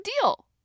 deal